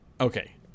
Okay